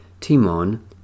Timon